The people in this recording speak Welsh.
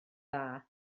dda